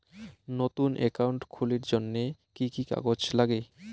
নতুন একাউন্ট খুলির জন্যে কি কি কাগজ নাগে?